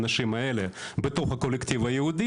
של האנשים האלה בתוך הקולקטיב היהודי,